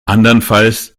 andernfalls